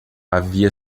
havia